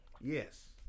Yes